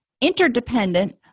Interdependent